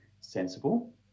sensible